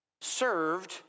served